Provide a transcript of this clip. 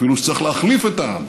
ואפילו שצריך להחליף את העם.